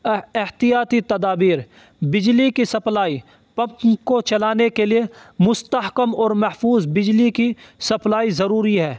احتیاطی تدابیر بجلی کی سپلائی پمپ کو چلانے کے لیے مستحکم اور محفوظ بجلی کی سپلائی ضروری ہے